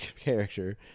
character